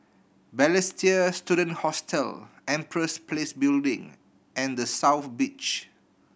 Balestier Student Hostel Empress Place Building and The South Beach